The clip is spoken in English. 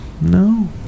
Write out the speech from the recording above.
No